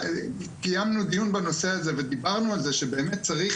קיימנו דיון בנושא הזה ודיברנו על זה שבאמת צריך,